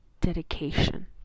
dedication